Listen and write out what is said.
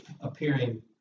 appearing